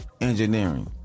engineering